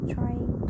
trying